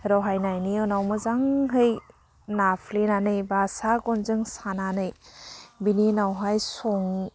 रहायनायनि उनाव माजांहै नाफ्लेनानै बा सागंजों सानानै बिनि उनावहाय सं